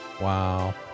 Wow